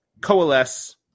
coalesce